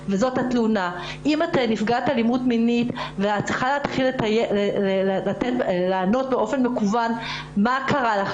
אם את נפגעת אלימות מינית ואת צריכה לכתוב באופן מקוון מה קרה לך,